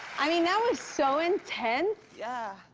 i mean, that was so intense. yeah.